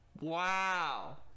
Wow